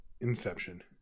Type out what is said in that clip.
Inception